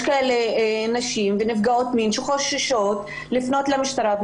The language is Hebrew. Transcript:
יש נשים ונפגעות מין שחוששות לפנות למשטרה.